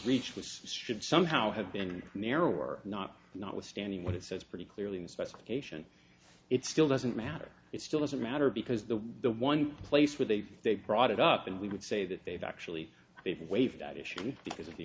reach which should somehow have been narrower not notwithstanding what it says pretty clearly in the specification it still doesn't matter it still doesn't matter because the the one place where they've they've brought it up and we would say that they've actually they've waived that issue because of the